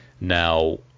Now